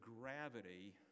gravity